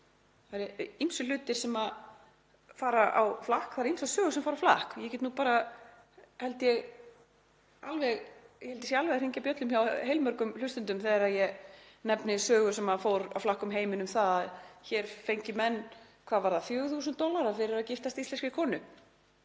Það eru ýmsir hlutir sem fara á flakk, það eru ýmsar sögur sem fara á flakk. Ég held að ég sé alveg að hringja bjöllum hjá heilmörgum hlustendum þegar ég nefni sögu sem fór á flakk um heiminn um það að hér fengju menn, hvað var það? 4.000 dollara fyrir að giftast íslenskri konu.